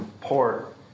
port